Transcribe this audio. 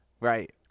Right